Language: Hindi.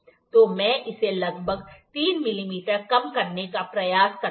तो मैं इसे लगभग 3 मिमी कम करने का प्रयास करता हूं